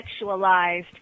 sexualized